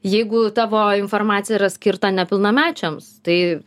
jeigu tavo informacija yra skirta nepilnamečiams tai